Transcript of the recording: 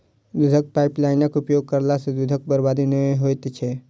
दूधक पाइपलाइनक उपयोग करला सॅ दूधक बर्बादी नै होइत छै